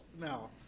No